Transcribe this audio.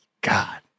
God